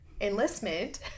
enlistment